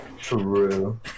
True